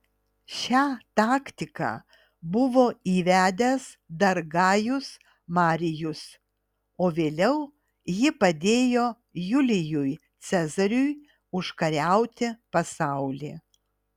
šią taktiką buvo įvedęs dar gajus marijus o vėliau ji padėjo julijui cezariui užkariauti pasaulį